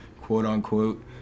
quote-unquote